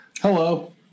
Hello